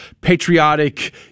patriotic